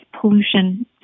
pollution